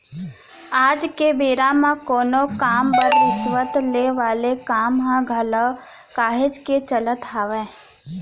आज के बेरा म कोनो काम बर रिस्वत ले वाले काम ह घलोक काहेच के चलत हावय